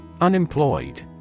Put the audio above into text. Unemployed